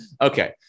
Okay